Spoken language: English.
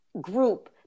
group